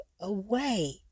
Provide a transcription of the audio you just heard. away